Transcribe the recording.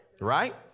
right